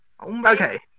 Okay